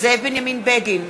זאב בנימין בגין,